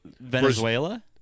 Venezuela